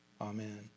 Amen